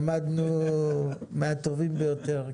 יפה מאוד, למדנו מהטובים ביותר.